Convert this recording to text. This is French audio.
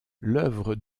l’œuvre